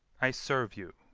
i serve you,